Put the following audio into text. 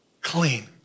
clean